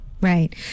right